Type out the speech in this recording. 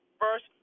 first